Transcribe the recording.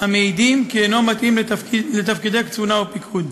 המעידים כי אינו מתאים לתפקידי קצונה ופיקוד.